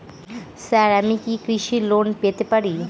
Sir আমি কি কৃষি লোন পেতে পারি?